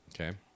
okay